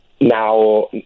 now